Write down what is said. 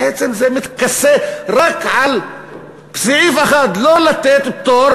בעצם זה מתכסה רק על סעיף אחד: לא לתת פטור